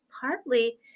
partly